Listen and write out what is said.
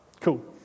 cool